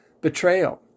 betrayal